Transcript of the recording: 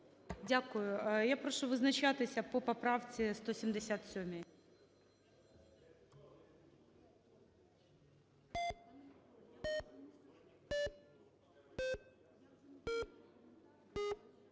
Дякую. Я прошу визначатися по поправці 177.